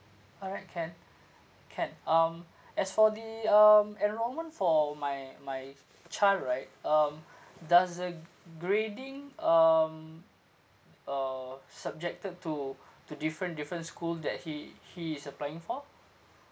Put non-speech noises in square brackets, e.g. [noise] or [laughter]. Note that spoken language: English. alright can can um as for the um enrolment for my my child right um [breath] does the grading um uh subjected to to different different school that he he is applying for